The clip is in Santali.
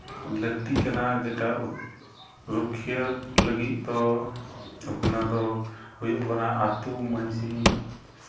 ᱞᱟᱹᱠᱛᱤᱜ ᱠᱟᱱᱟ ᱡᱮᱴᱟ ᱨᱩᱠᱷᱤᱭᱟᱹ ᱞᱟᱹᱜᱤᱫ ᱫᱚ ᱩᱛᱱᱟᱹᱣ ᱫᱚ ᱦᱩᱭᱩᱜ ᱠᱟᱱᱟ ᱟᱹᱛᱩ ᱢᱟᱺᱡᱷᱤ